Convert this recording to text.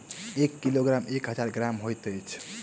एक किलोग्राम मे एक हजार ग्राम होइत अछि